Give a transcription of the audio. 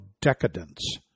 decadence